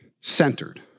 centered